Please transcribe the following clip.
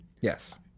Yes